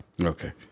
Okay